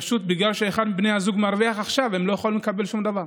ופשוט בגלל שאחד מבני הזוג מרוויח עכשיו הם לא יכולים לקבל שום דבר.